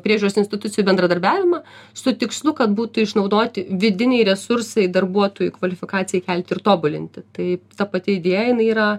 priežiūros institucijų bendradarbiavimą su tikslu kad būtų išnaudoti vidiniai resursai darbuotojų kvalifikacijai kelti ir tobulinti tai ta pati idėja jinai yra